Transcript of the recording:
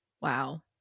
wow